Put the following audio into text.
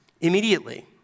immediately